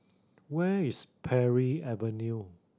where is Parry Avenue